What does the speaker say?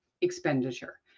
expenditure